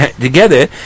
together